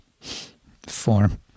form